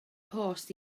post